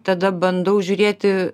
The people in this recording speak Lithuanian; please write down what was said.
tada bandau žiūrėti